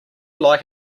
like